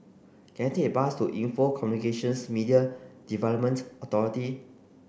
can I take a bus to Info Communications Media Development Authority